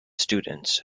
students